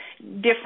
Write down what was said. different